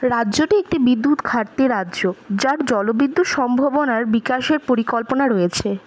রাজ্যটি একটি বিদ্যুৎ ঘাটতি রাজ্য যার জলবিদ্যুৎ সম্ভাবনার বিকাশের পরিকল্পনা রয়েছে